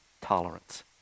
tolerance